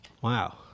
Wow